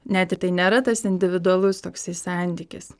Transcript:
net ir tai nėra tas individualus toksai santykis